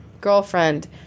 girlfriend